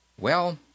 Well